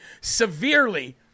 severely